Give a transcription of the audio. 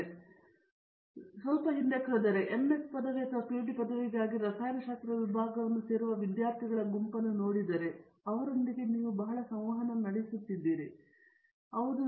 ನಾನು ಸ್ವಲ್ಪ ಹಿಂದಕ್ಕೆ ಹೋದರೆ ಮತ್ತು ಬಹುಶಃ MS ಪದವಿ ಅಥವಾ ಪಿಎಚ್ಡಿ ಪದವಿಗಾಗಿ ರಸಾಯನಶಾಸ್ತ್ರ ವಿಭಾಗವನ್ನು ಸೇರುವ ವಿದ್ಯಾರ್ಥಿಗಳ ಗುಂಪನ್ನು ನೋಡಿದರೆ ಮತ್ತು ನೀವು ಅವರೊಂದಿಗೆ ಬಹಳಷ್ಟು ಸಂವಹನ ನಡೆಸುತ್ತಿದ್ದರೆ ನಿಮಗೆ ತಿಳಿದಿರುತ್ತಾರೆ